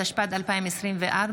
התשפ"ד 2024,